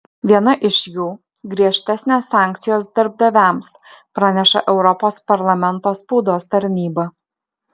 viena iš jų griežtesnės sankcijos darbdaviams praneša europos parlamento spaudos tarnyba